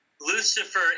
Lucifer